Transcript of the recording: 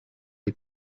les